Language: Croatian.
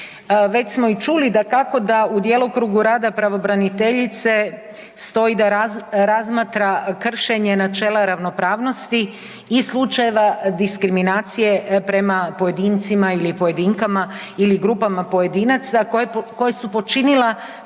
Već smo i čuli, dakako da u djelokrugu rada pravobraniteljice stoji da razmatra kršenje načela ravnopravnosti i slučajeva diskriminacije prema pojedincima ili pojedinkama ili grupama pojedinaca koje su počinila ponajprije